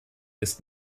ist